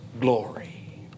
glory